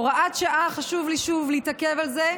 הוראת שעה, חשוב לי שוב להתעכב על זה,